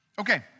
Okay